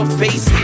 face